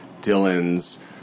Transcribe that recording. Dylan's